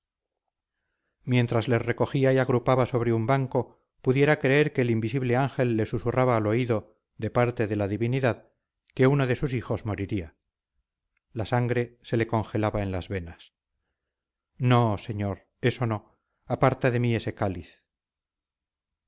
mientras les recogía y agrupaba sobre un banco pudiera creer que invisible ángel le susurraba al oído de parte de la divinidad que uno de sus hijos moriría la sangre se le congelaba en las venas no señor eso no aparta de mí ese cáliz